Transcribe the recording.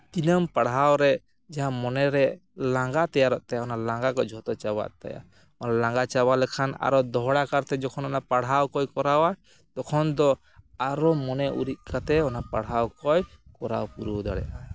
ᱫᱤᱱᱟᱹᱢ ᱯᱟᱲᱦᱟᱣ ᱨᱮ ᱡᱟᱦᱟᱸ ᱢᱚᱱᱮ ᱨᱮ ᱞᱟᱝᱜᱟ ᱛᱮᱭᱟᱨᱚᱜ ᱛᱟᱭᱟ ᱚᱱᱟ ᱞᱟᱝᱜᱟ ᱠᱚ ᱡᱷᱚᱛᱚ ᱪᱟᱵᱟᱜ ᱛᱟᱭᱟ ᱚᱱᱟ ᱞᱟᱝᱜᱟ ᱪᱟᱵᱟ ᱞᱮᱱᱠᱷᱟᱱ ᱟᱨᱚ ᱫᱚᱦᱲᱟ ᱠᱟᱨᱛᱮ ᱡᱚᱠᱷᱚᱱ ᱚᱱᱟ ᱯᱟᱲᱦᱟᱣ ᱠᱚᱭ ᱠᱚᱨᱟᱣᱟ ᱛᱚᱠᱷᱚᱱ ᱫᱚ ᱟᱨᱚ ᱢᱚᱱᱮ ᱩᱨᱤᱡ ᱠᱟᱛᱮᱫ ᱚᱱᱟ ᱯᱟᱲᱦᱟᱣ ᱠᱚᱭ ᱠᱚᱨᱟᱣ ᱯᱩᱨᱟᱹᱣ ᱫᱟᱲᱮᱭᱟᱜᱼᱟ